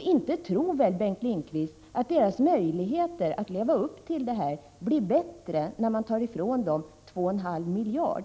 Inte tror väl Bengt Lindqvist att kommunernas möjligheter att leva upp till den blir bättre när man tar ifrån dem 2,5 miljarder!